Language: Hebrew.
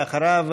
ואחריו,